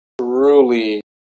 truly